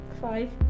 Five